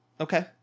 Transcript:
Okay